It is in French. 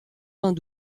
vingt